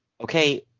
okay